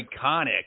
iconic